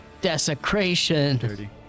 Desecration